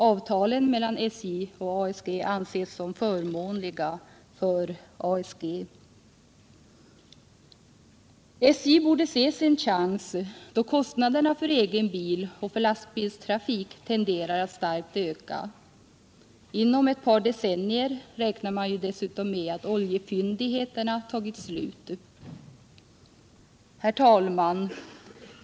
Avtalen mellan SJ och ASG anses som förmånliga för ASG. SJ borde se sin chans, då kostnaderna för egen bil och för lastbilstrafik tenderar att starkt öka. Inom ett par decennier räknar man ju dessutom med att oljefyndigheterna tagit slut. Herr talman!